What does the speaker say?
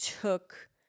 took